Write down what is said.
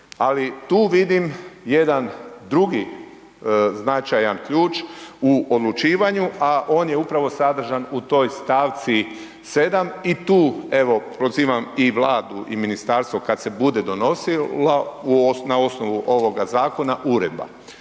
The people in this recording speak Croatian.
Ali tu vidim jedan drugi značajan ključ u odlučivanju a on je upravo sadržan u toj stavci 7 i tu evo prozivam i Vladu i ministarstvo kada se bude donosilo na osnovu ovoga zakona uredba.